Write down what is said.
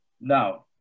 now